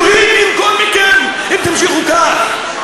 הגיע הזמן שאלוהים ינקום בכם אם תמשיכו כך.